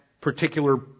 particular